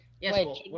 Yes